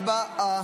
הצבעה.